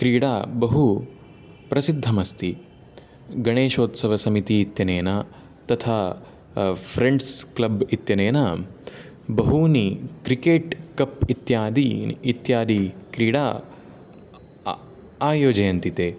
क्रीडा बहु प्रसिद्धमस्ति गणेशोत्सवसमिति इत्यनेन तथा फ़्रेण्ड्स् क्लब् इत्यनेन बहूनि क्रिकेट् कप् इत्यादीनि इत्यादि क्रीडा आ आयोजयन्ति ते